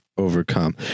overcome